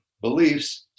beliefs